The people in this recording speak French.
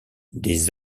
des